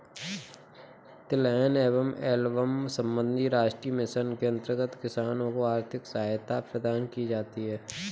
तिलहन एवं एल्बम संबंधी राष्ट्रीय मिशन के अंतर्गत किसानों को आर्थिक सहायता प्रदान की जाती है